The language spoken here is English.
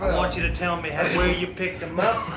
want you to tell me where you picked them up.